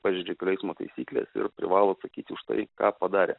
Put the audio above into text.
pažeidžia kelių eismo taisykles ir privalo atsakyti už tai ką padarė